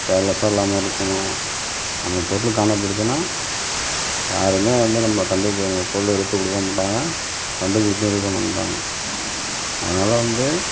கேர்லெஸ்ஸாக இல்லாமல் இருக்கணும் நம்ம பொருள் காணா போய்டுச்சுனா யாருமே வந்து நம்பளை கண்டுக்க பொருளை எடுத்து கொடுக்கமாட்டாங்க கண்டுபிடிச்சும் இது பண்ணமாட்டாங்க அதனால வந்து